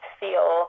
feel